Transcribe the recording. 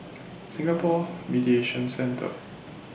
Singapore Mediation Centre